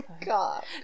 god